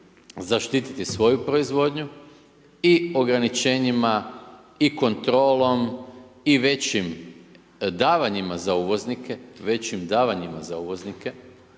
zaštiti svoju proizvodnju i ograničenjima i kontrolom i većim davanjima za uvoznike, većim davanjima za uvoznike,